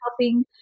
helping